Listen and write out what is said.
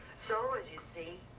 so as you see,